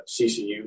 CCU